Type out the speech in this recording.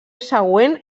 següent